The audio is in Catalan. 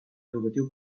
educatiu